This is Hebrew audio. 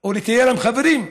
או לטייל עם חברים.